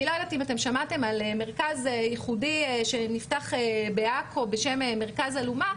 אני לא יודעת האם שמעת על מרכז ייחודי שנפתח בעכו בשם מרכז אלומה,